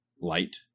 light